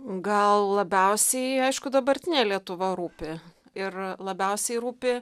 gal labiausiai aišku dabartinė lietuva rūpi ir labiausiai rūpi